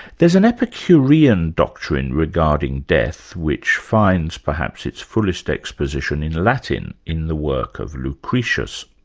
there's an epicurean doctrine regarding death which finds perhaps its fullest exposition in latin in the work of lucretius.